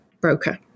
broker